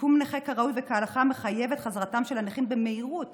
שיקום נכה כראוי וכהלכה מחייב את חזרתם של הנכים במהירות